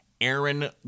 Aaron